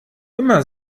immer